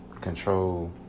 control